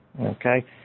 okay